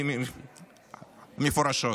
מפורשות.